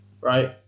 Right